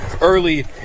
early